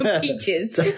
Peaches